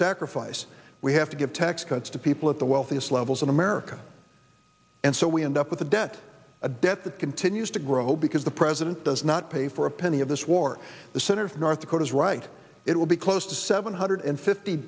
sacrifice we have to give tax cuts to people at the wealthiest levels in america and so we end up with a debt a debt that continues to grow because the president does not pay for a penny of this war the senator from north dakota is right it will be close to seven hundred fifty